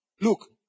Look